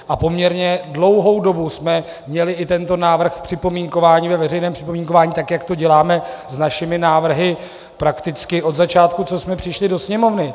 A poměrně dlouhou dobu jsme měli i tento návrh ve veřejném připomínkování, jak to děláme s našimi návrhy prakticky od začátku, co jsme přišli do Sněmovny.